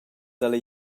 dalla